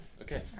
Okay